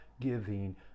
giving